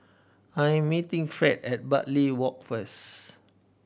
I am meeting Fred at Bartley Walk first